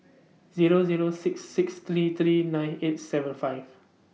Zero Zero six six three three nine eight seven five